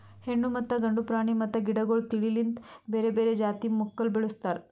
ಹೆಣ್ಣು ಮತ್ತ ಗಂಡು ಪ್ರಾಣಿ ಮತ್ತ ಗಿಡಗೊಳ್ ತಿಳಿ ಲಿಂತ್ ಬೇರೆ ಬೇರೆ ಜಾತಿ ಮಕ್ಕುಲ್ ಬೆಳುಸ್ತಾರ್